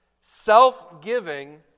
self-giving